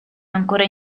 ancora